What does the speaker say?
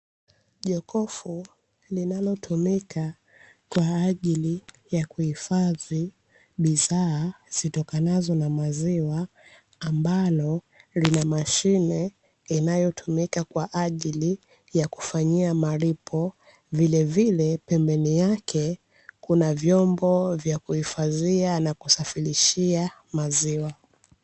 Jokofu linalotumika kwa ajili ya kuhifadhi bidhaa zitokanazo na maziwa, ambalo lina mashine inayotumika kwa ajili ya kufanyia malipo, vilevile pembeni yake kuna vyombo vya kuhifadhia na kusafirishia maziwa.